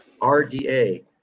RDA